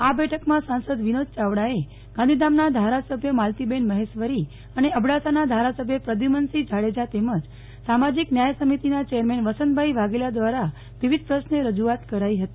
આ બેઠકમાં સાંસદવિનોદ યાવડાએ ગાંધીધામના ધારાસભ્ય માલતીબેન મહેશ્વરી અને અબડાસાના ધારાસભ્ય પ્રદ્યુમનસિંહ જાડેજા તેમજ સામાજીક ન્યાય સમિતિના ચેરમેન વસંતભાઈ વાઘેલા દ્વારા વિવિધ પ્રશ્ને રજૂઆત કરાઇ હતી